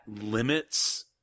limits